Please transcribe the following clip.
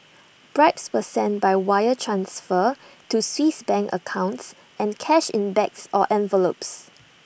bribes were sent by wire transfer to Swiss bank accounts and cash in bags or envelopes